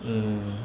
mm